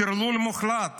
טרלול מוחלט.